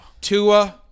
Tua